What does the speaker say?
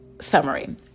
summary